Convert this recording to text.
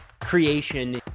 creation